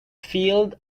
field